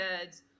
kids